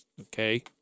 Okay